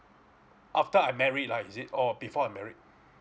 after I married lah is it or before I married